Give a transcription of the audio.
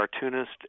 cartoonist